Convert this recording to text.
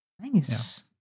Nice